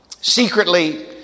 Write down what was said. secretly